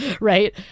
right